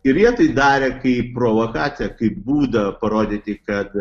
ir jie tai darė kaip provokaciją kaip būdą parodyti kad